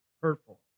hurtful